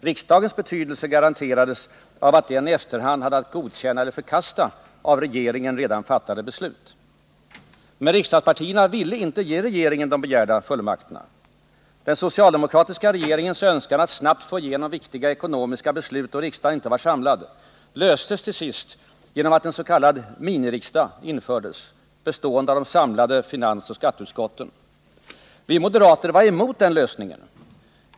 Riksdagens betydelse garanterades av att den i efterhand hade att godkänna eller förkasta av regeringen redan fattade beslut. Men riksdagspartierna ville inte ge regeringen de begärda fullmakterna. Den socialdemokratiska regeringens önskan att snabbt få igenom viktiga ekonomiska beslut då riksdagen inte var samlad löstes till sist genom att en s.k. miniriksdag infördes, bestående av de samlade finansoch skatteutskotten. Vi moderater var emot den lösningen.